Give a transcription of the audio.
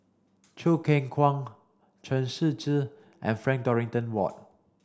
Choo Keng Kwang Chen Shiji and Frank Dorrington Ward